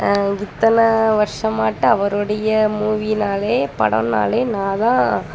இத்தனை வருஷமாட்டம் அவருடைய மூவினாலே படம்னாலே நான் தான்